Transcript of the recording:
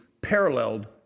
paralleled